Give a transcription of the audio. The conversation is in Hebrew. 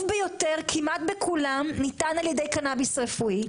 ביותר כמעט בכולם ניתן על-ידי קנביס רפואי.